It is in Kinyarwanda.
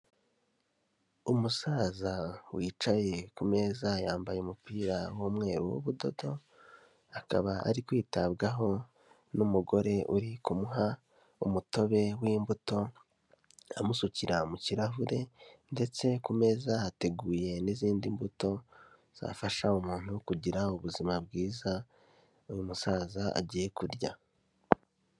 Umusaza wicaye ku meza, yambaye umupira w'umweru w'ubudodo, akaba ari kwitabwaho n'umugore uri kumuha umutobe w'imbuto, amusukira mu kirahure, ndetse ku meza hateguye n'izindi mbuto, zafasha umuntu kugira ubuzima bwiza, uyu musaza agiye kurya.